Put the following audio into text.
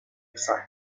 excited